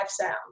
sound